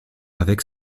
avec